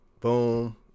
boom